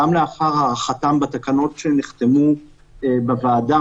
גם לאחר הארכתן בתקנות שנחתמו בוועדה,